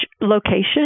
location